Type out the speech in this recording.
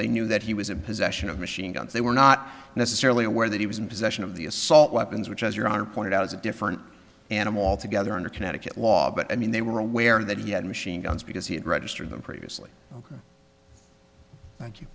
they knew that he was in possession of machine guns they were not necessarily aware that he was in possession of the assault weapons which as your honor pointed out is a different animal altogether under connecticut law but i mean they were aware that he had machine guns because he had registered them previously